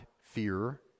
fear